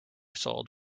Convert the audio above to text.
sold